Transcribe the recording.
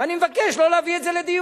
ואני מבקש לא להביא את זה לדיון.